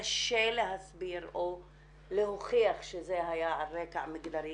קשה להסביר או להוכיח שזה היה על רקע מגדרי,